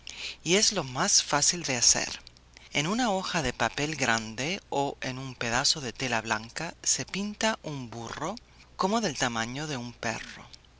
y es lo más fácil de hacer en una hoja de papel grande o en un pedazo de tela blanca se pinta un burro como del tamaño de un perro